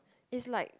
is like